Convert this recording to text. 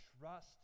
Trust